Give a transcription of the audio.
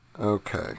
Okay